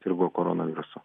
sirgo koronavirusu